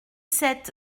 sept